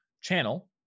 channel